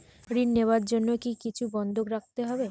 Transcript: ঋণ নেওয়ার জন্য কি কিছু বন্ধক রাখতে হবে?